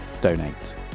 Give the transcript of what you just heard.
donate